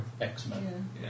X-Men